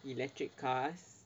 electric cars